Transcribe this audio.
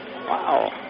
Wow